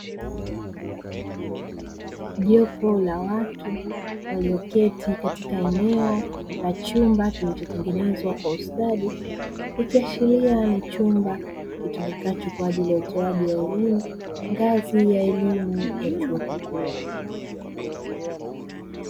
Jopo la watu walioketi katika eneo la chumba kilichotengenezwa kwa ustadi, ikiashiria ni chumba kitumikacho kwa ajili ya utoaji wa elimu ngazi ya elimu ya chuo kikuu.